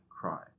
cry